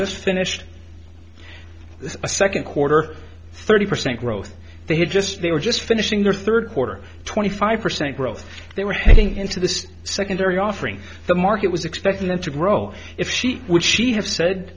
just finished a second quarter thirty percent growth they had just they were just finishing their third quarter twenty five percent growth they were heading into this secondary offering the market was expected to grow if she would she have said